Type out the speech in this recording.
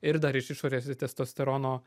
ir dar iš išorės testosterono